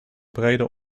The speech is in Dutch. brede